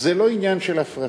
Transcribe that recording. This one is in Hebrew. זה לא עניין של הפרטה.